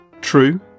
True